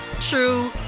true